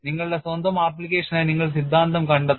നിങ്ങളുടെ സ്വന്തം ആപ്ലിക്കേഷനായി നിങ്ങൾ സിദ്ധാന്തം കണ്ടെത്തണം